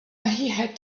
had